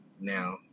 now